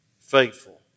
faithful